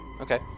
Okay